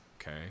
okay